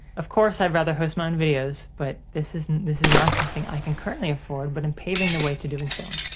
of course, i'd rather host my own videos, but this is this is not something i can currently afford but am paving the way to doing so.